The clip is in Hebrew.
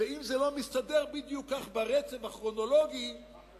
ואם זה לא מסתדר בדיוק כך ברצף הכרונולוגי, שכחת